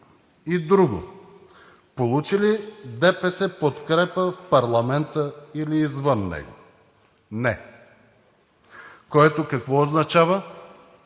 и друго – получи ли ДПС подкрепа от парламента или извън него? Не! Което какво означава?